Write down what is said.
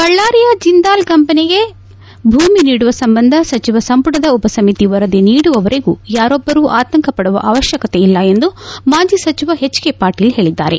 ಬಳ್ಳಾರಿಯ ಜಿಂದಾಲ್ ಕಂಪನಿಗೆ ಭೂಮಿ ನೀಡುವ ಸಂಬಂಧ ಸಚಿವ ಸಂಪುಟದ ಉಪಸಮಿತಿ ವರದಿ ನೀಡುವವರೆಗೂ ಯಾರೊಬ್ಬರು ಆತಂಕ ಪಡುವ ಅವಕ್ಕಕತೆ ಇಲ್ಲ ಎಂದು ಮಾಜಿ ಸಚಿವ ಹೆಚ್ ಕೆ ಪಾಟೀಲ್ ಹೇಳಿದ್ದಾರೆ